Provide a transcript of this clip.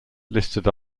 listed